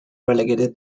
relegated